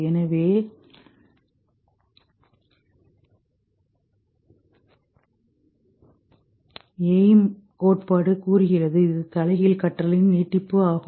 எனவே AIM கோட்பாடு கூறுகிறது இது தலைகீழ் கற்றலின் நீட்டிப்பு ஆகும்